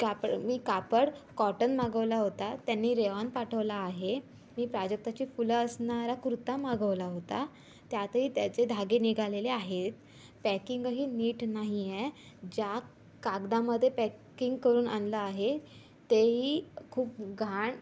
कापड मी कापड कॉटन मागवला होता त्यांनी रेयॉन पाठवला आहे मी प्राजक्ताची फुलं असणारा कुर्ता मागवला होता त्यातही त्याचे धागे निघालेले आहेत पॅकिंगही नीट नाही आहे ज्या कागदामध्ये पॅकिंग करून आणला आहे तेही खूप घाण